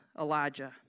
Elijah